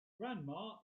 grandma